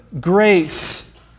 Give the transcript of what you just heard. grace